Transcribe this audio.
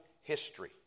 history